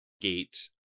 gate